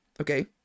okay